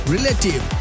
Relative